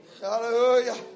Hallelujah